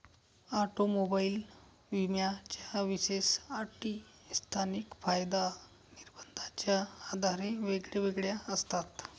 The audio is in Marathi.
ऑटोमोबाईल विम्याच्या विशेष अटी स्थानिक कायदा निर्बंधाच्या आधारे वेगवेगळ्या असतात